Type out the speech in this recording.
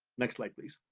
next slide please.